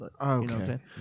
Okay